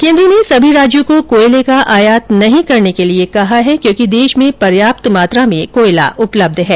केन्द्र ने सभी राज्यों को कोयले का आयात नहीं करने के लिए कहा है क्योंकि देश में पर्याप्त मात्रा में कोयला उपलब्ध है